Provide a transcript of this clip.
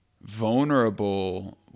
vulnerable